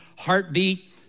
heartbeat